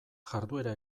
jarduera